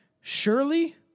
Surely